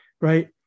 right